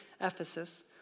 Ephesus